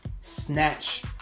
snatch